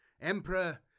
Emperor